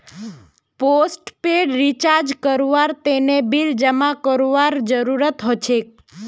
postpaid recharge करवार तने bill जमा करवार जरूरत हछेक